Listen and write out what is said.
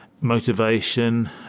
motivation